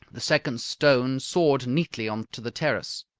the second stone soared neatly on to the terrace.